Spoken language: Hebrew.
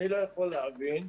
אני לא יכול להבין,